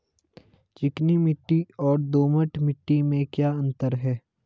चिकनी मिट्टी और दोमट मिट्टी में क्या क्या अंतर है?